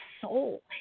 soul